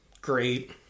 great